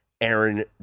Aaron